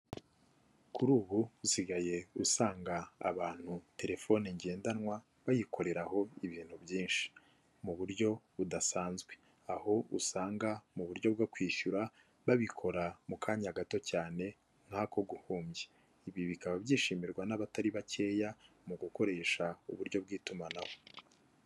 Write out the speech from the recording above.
Kuri ubu usigaye usanga abantu telefone ngendanwa bayikoreho ibintu byinshi mu buryo budasanzwe, aho usanga mu buryo bwo kwishyura babikora mu kanya gato cyane nk'ako guhumbya, ibi bikaba byishimirwa n'abatari bakeya mu gukoresha uburyo bw'itumanaho.